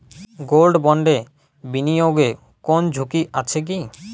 Gold বন্ডে বিনিয়োগে কোন ঝুঁকি আছে কি?